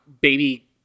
baby